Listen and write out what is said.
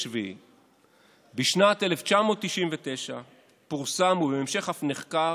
בשנת 1999 פורסם, ובהמשך אף נחקר,